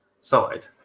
side